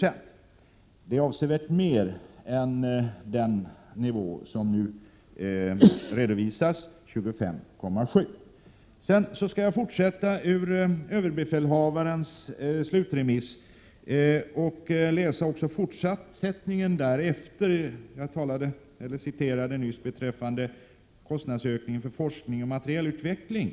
Det är en avsevärt högre nivå än den som nu redovisas, 25,7 I. Sedan skall jag fortsätta att läsa ur överbefälhavarens slutremiss. Jag citerade nyss beträffande kostnadsökningen för forskning och materielutveckling.